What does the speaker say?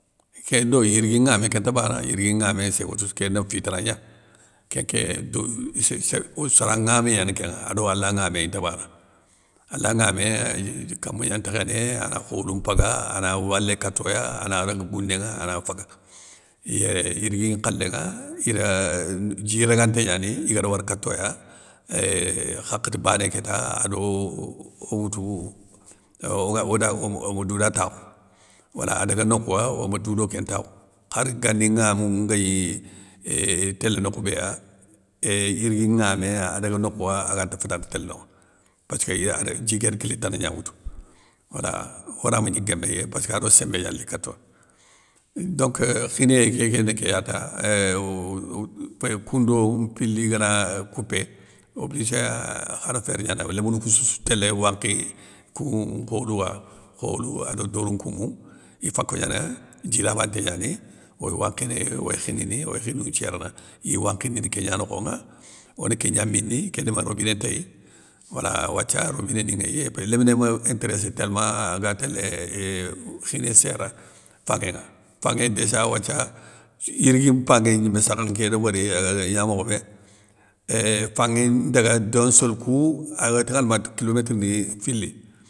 Kén do yirigui ŋamé ké nta bana, yirigui ŋamé sé o otouss kéna fi tanagna, ké ké do isséssé oytou sakha ŋamé gnane kénŋa ado allah ŋamé inta bana, allah ŋamé kamou gna ntékhéné ana kholou mpaga, ana walé katoya, ana daga gounéŋa ana faga. Yé yirigui nkhalé ŋa ira dji raganté gnani igara wara katoya, éuuhh hakhati bané kéta, ado o woutou oga oda ome douda takhou, wala adaga nokhouwa oma dou do kén nkha takhou, khar gani nŋamou nguéy éuuuhh tél nokhou béya, éuuh yiri gui nŋamé adaga nokhou aganta fatanta télé nonŋa, passkeu dji kér kilé tana gna woutou wala ora mégni guéméy passka do sémbé gna li katoya. Donc khigniyé kéké ni kéya ta éuuhhh koundou mpili ngana koupé, obligé khane fér é gna débérini. lémounou koussou télé nŋwankhi koun nkholou wa, kholou ado doroun nkoumou, ifako gnane dji labanté gnani, oy wankhini oy khignini, oy khigniyou nthiérana iy wankhindini kénŋa nokhonŋa, ona kégna mini kén ndima robiné ntéy, wala wathia robiné ni nŋéy épui lémené ma intéréssé télléma aga télé éuuuhh khigniyé séra fanŋéŋa, fanŋé déja wathia, sou yirigui mpanŋé gnimé sakhe nké di wori, eeuhh igna mokhobé, ééuuh fanŋé ndaga d'un seul kou agatanŋana ma kilométre ni fili.